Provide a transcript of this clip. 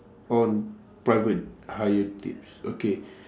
or private hire tips okay